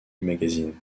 magazine